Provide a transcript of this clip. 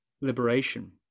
liberation